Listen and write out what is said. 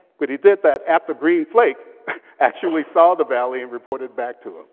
but he did that after green flake actually saw the valley and reported back to him.